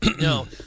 No